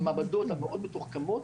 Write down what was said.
המעבדות המאד מתוחכמות,